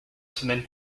semaine